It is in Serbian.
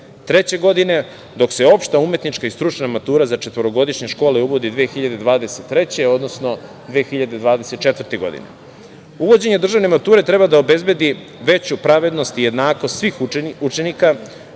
godine, dok se opšta umetnička i stručna matura za četvorogodišnje škole uvodi 2023. godine, odnosno 2024. godine. Uvođenje državne mature treba da obezbedi veću pravednost i jednakost svih učenika